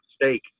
mistake